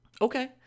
Okay